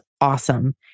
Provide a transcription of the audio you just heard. awesome